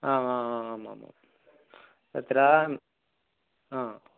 आम् आम् आम् आं तत्र हा